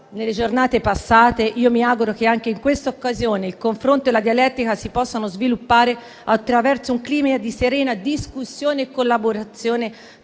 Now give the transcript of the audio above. nelle giornate passate, mi auguro che anche in questa occasione il confronto e la dialettica si possano sviluppare attraverso un clima di serena discussione e collaborazione tra